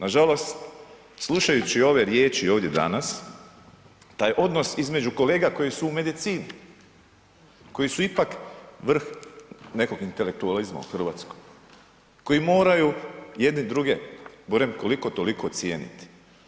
Nažalost, slušajući ove riječi ovdje danas, taj odnos između kolega koji su u medicini, koji su ipak vrh nekog intelektualizma u RH, koji moraju jedni druge barem koliko toliko cijeniti.